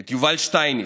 את יובל שטייניץ,